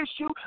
issue